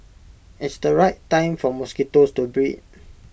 it's the right time for mosquitoes to breed